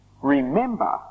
Remember